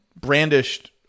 brandished